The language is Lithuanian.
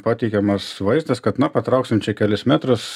pateikiamas vaizdas kad na patrauksim čia kelis metrus